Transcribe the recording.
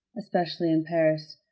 especially in paris.